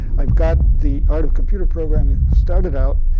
i've got the art of computer programming started out,